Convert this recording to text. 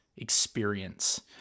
experience